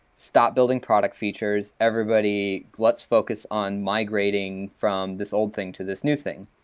stop building product features. everybody, let's focus on migrating from this old thing to this new thing.